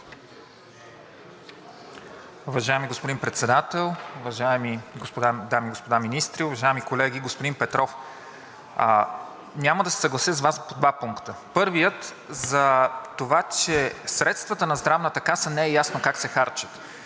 господин Председател, уважаеми дами и господа министри, уважаеми колеги! Господин Петров, няма да се съглася с Вас по два пункта. Първият е за това, че средствата на Здравната каса не е ясно как се харчат.